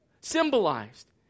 symbolized